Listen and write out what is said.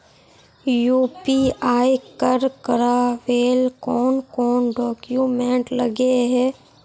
UPI कर करावेल कौन कौन डॉक्यूमेंट लगे है?